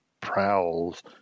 prowls